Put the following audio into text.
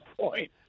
point